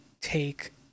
take